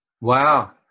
Wow